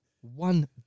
one